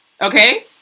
Okay